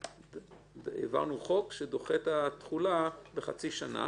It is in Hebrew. העברנו חוק שדוחה את התחולה בחצי שנה.